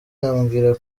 ambwira